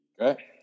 Okay